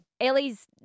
Ellie's